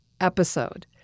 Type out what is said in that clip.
episode